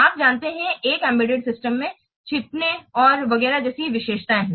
आप जानते हैं कि एक एम्बेडेड सिस्टम में छिपने और वगैरह जैसी विशेषताएं हैं